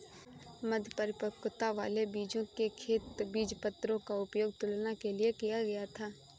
मध्य परिपक्वता वाले बीजों के खेत बीजपत्रों का उपयोग तुलना के लिए किया गया था